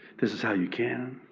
this is how you can.